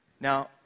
Now